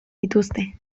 dituzte